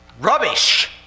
Rubbish